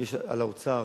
יש לאוצר